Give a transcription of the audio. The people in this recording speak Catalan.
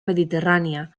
mediterrània